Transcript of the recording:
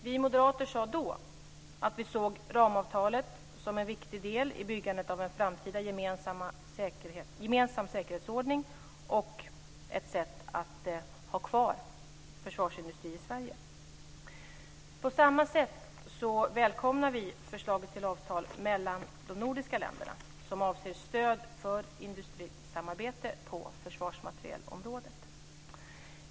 Vi moderater sade då att vi såg ramavtalet som en viktig del i byggandet av en framtida gemensam säkerhetsordning och som ett sätt att ha kvar försvarsindustri i Sverige. På samma sätt välkomnar vi förslaget till avtal mellan de nordiska länderna som avser stöd för industrisamarbete på försvarsmaterielområdet.